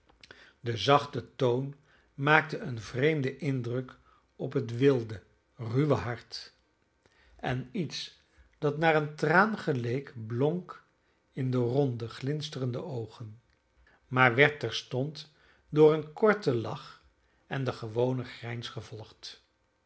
de zachte toon maakte een vreemden indruk op het wilde ruwe hart en iets dat naar een traan geleek blonk in de ronde glinsterende oogen maar werd terstond door een korten lach en den gewonen grijns gevolgd